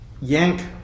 yank